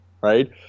Right